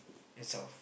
itself